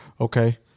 Okay